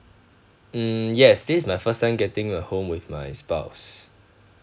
mm yes this is my first time getting a home with my spouse